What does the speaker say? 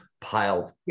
piled